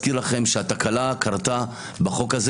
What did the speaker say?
אני רוצה להזכיר לכם שהתקלה קרתה בחוק הזה